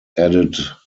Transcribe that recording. added